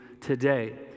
today